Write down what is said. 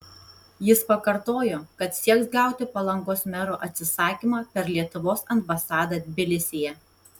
jis pakartojo kad sieks gauti palangos mero atsisakymą per lietuvos ambasadą tbilisyje